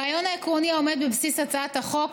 הרעיון העקרוני העומד בבסיס הצעת החוק,